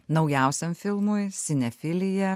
naujausiam filmui sinefilija